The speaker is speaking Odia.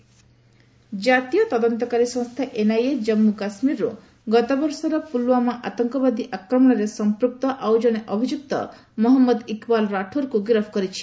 ଏନ୍ଆଇଏ ଆରେଷ୍ଟ ଜାତୀୟ ତଦନ୍ତକାରୀ ସଂସ୍ଥା ଏନ୍ଆଇଏ କାଞ୍ମୁକାଶ୍ମୀରରୁ ଗତବର୍ଷର ପୁଲଓ୍ୱାମା ଆତଙ୍କବାଦୀ ଆକ୍ରମଣର ସମ୍ପୃକ୍ତ ଆଉଜଣେ ଅଭିଯୁକ୍ତ ମହଞ୍ମଦ ଇକ୍ବାଲ ରାଠେର୍କୁ ଗିରଫ କରିଛି